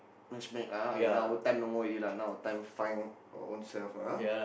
match make lah now our time no more already lah now our time find our own self lah ah